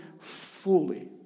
fully